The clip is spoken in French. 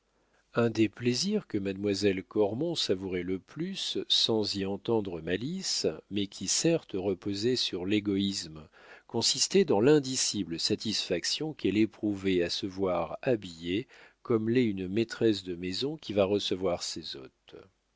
un des plaisirs que mademoiselle cormon savourait le plus sans y entendre malice mais qui certes reposait sur l'égoïsme consistait dans l'indicible satisfaction qu'elle éprouvait à se voir habillée comme l'est une maîtresse de maison qui va recevoir ses hôtes